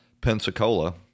pensacola